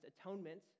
atonement